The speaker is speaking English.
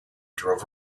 drove